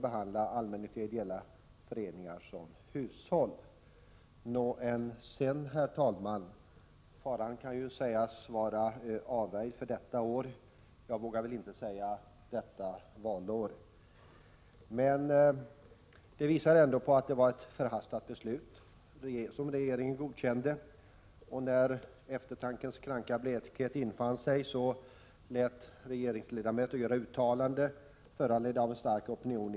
Men det gäller också senare tiders organisationer såsom Amnesty och Rädda barnen, Greenpeace och Fältbiologerna eller bostadsområdets byalag. Statsmakten har ofta uttalat sin sympati och uppskattning för det värdefulla ideella arbete som utföres i Folkrörelsesverige.